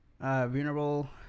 vulnerable